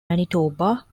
manitoba